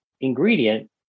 ingredient